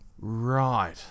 Right